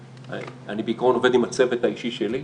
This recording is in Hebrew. אני בעיקרון עובד עם הצוות האישי שלי.